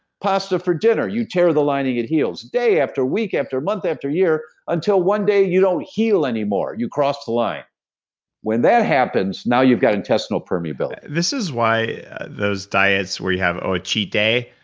pasta for dinner, you tear the lining, it heals. day, after week, after month, after year, until one day, you don't heal anymore. you cross the line when that happens, now, you've got intestinal permeability this is why those diets we have on a cheat day,